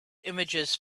images